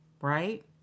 right